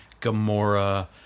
Gamora